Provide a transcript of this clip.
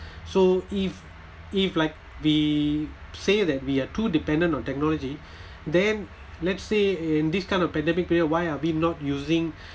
so if if like they say that we are too dependent on technology then let's say in this kind of pandemic period why are we not using